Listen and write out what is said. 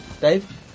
Dave